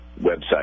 website